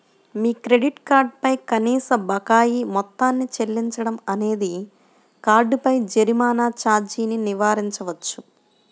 మీ credit card పై కనీస బకాయి మొత్తాన్ని చెల్లించడం అనేది కార్డుపై జరిమానా ఛార్జీని నివారించవచ్చు